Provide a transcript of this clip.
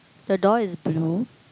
the door is blue